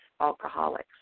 alcoholics